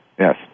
Yes